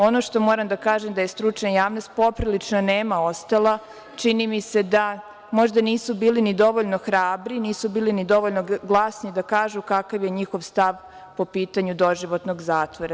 Ono što moram da kažem, da je stručna javnost poprilično nema ostala, čini mi se da možda nisu bili ni dovoljno hrabri, nisu bili ni dovoljno glasni da kažu kakav je njihov stav po pitanju doživotnog zatvora.